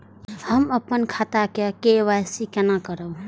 हम अपन खाता के के.वाई.सी केना करब?